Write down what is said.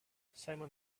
simon